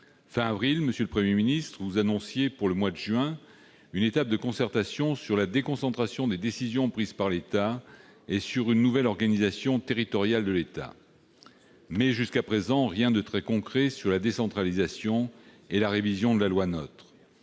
fin d'avril, monsieur le Premier ministre, vous annonciez pour le mois de juin une étape de concertation sur la déconcentration des décisions prises par l'État et sur une nouvelle organisation territoriale de l'État. Mais jusqu'à présent, rien de très concret sur la décentralisation et la révision de la loi NOTRe.